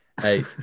Hey